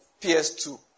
PS2